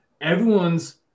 everyone's